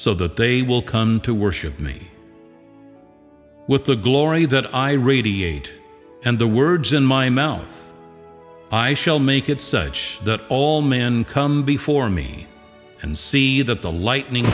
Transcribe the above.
so that they will come to worship me with the glory that i radiate and the words in my mouth i shall make it such that all men come before me and see that the lightning